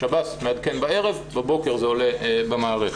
השב"ס מעדכן בערב, בבוקר זה עולה במערכת.